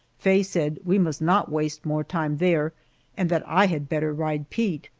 faye said we must not waste more time there and that i had better ride pete.